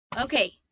Okay